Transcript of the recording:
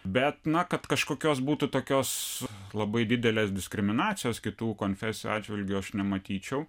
bet na kad kažkokios būtų tokios labai didelės diskriminacijos kitų konfesijų atžvilgiu aš nematyčiau